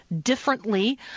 differently